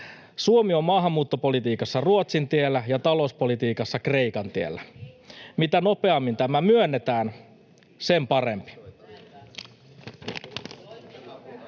Suomi on maahanmuuttopolitiikassa Ruotsin tiellä ja talouspolitiikassa Kreikan tiellä. [Veronika Honkasalo: Eikä ole!] Mitä nopeammin tämä myönnetään, sen parempi.